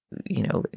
you know,